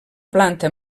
planta